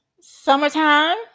summertime